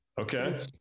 okay